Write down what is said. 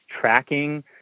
tracking